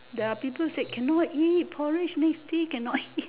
they are people said cannot eat porridge next day cannot eat